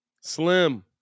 Slim